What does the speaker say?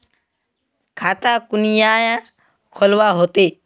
खाता कुनियाँ खोलवा होते?